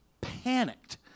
panicked